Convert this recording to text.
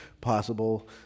possible